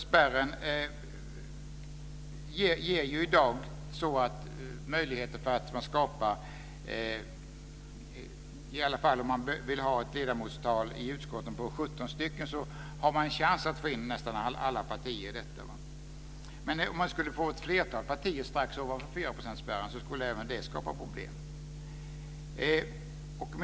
Spärren ger ju i dag en möjlighet och en chans att få in nästan alla partier i utskotten, i varje fall om man vill ha ett ledamotsantal på 17. Men om man skulle få ett flertal partier strax ovanför 4-procentsspärren så skulle även det skapa problem.